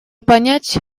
понять